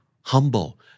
humble